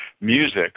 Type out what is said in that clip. music